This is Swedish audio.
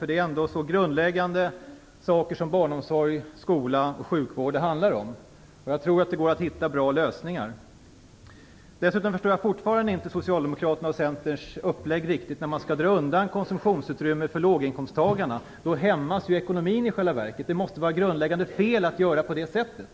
Det handlar ändå om så grundläggande saker som barnomsorg, skola och sjukvård. Jag tror att det går att hitta bra lösningar Dessutom förstår jag fortfarande inte riktigt Socialdemokraternas och Centerns uppläggning när man vill dra undan konsumtionsutrymme för låginkomsttagarna. Då hämmas ju i själva verket ekonomin. Det måste vara grundläggande fel att göra på det sättet.